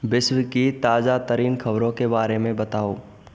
विश्व की ताज़ातरीन ख़बरों के बारे में बताओ